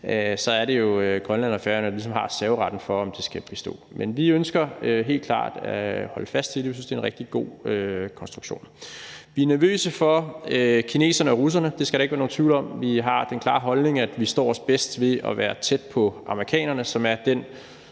er det jo Grønland og Færøerne, der ligesom har serveretten, i forhold til om det skal bestå. Men vi ønsker helt klart at holde fast i det, og vi synes, det er en rigtig god konstruktion. Vi er nervøse for kineserne og russerne. Det skal der ikke være nogen tvivl om. Vi har den klare holdning, at vi står bedst ved at være tæt på amerikanerne, som er den